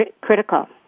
critical